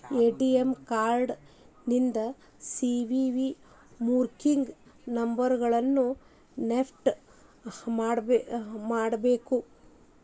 ATM card ಹಿಂದ್ CVV ಮೂರಂಕಿ ನಂಬರ್ನ ನೆನ್ಪಿಟ್ಕೊಂಡಿರ್ಬೇಕು